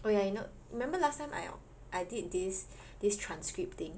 oh ya you know remember last time I I did this this transcript thing